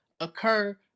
occur